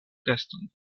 geston